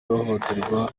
ihohoterwa